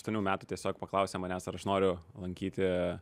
aštuonių metų tiesiog paklausė manęs ar aš noriu lankyti